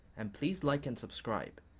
and please like and subscribe!